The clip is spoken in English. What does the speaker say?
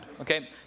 okay